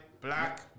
black